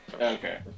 Okay